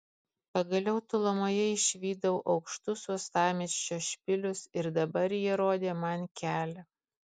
pagaliau tolumoje išvydau aukštus uostamiesčio špilius ir dabar jie rodė man kelią